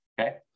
Okay